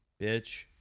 Bitch